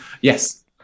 Yes